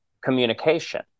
communication